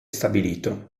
stabilito